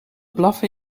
blaffen